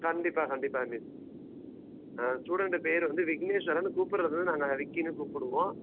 கண்டிப்பாக கண்டிப்பாக மிஸ் ஆ ஸ்டூடண்ட்டு பேர் வந்து விக்னேஸ்வரன் கூப்பிட்றது நாங்கள் அதை விக்கின்னு கூப்பிடுவோம்